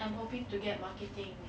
I hoping to get marketing